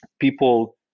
people